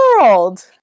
world